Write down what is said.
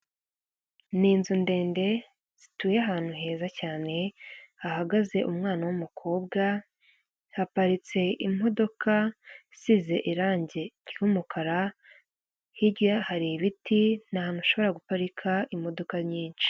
Ni inzu ndende zituye ahantu heza cyane, hahagaze umwana w'umukobwa, haparitse imodoka isize irangi ry'umukara hirya hari ibiti, ni ahantu ushobora guparika imodoka nyinshi.